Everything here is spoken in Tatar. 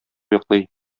йоклый